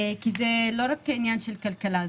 כי זה לא רק עניין של כלכלה,